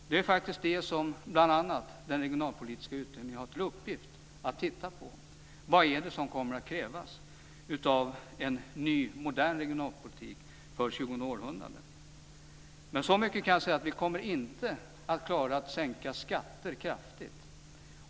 Det som bl.a. den regionalpolitiska utredningen har till uppgift att titta på är vad som kommer att krävas av en ny modern regionalpolitik för det tjugonde århundradet. Men så mycket kan jag säga att vi inte kommer att klara att sänka skatter kraftigt.